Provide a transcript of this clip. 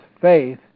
faith